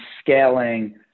scaling